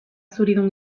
zuridun